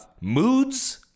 moods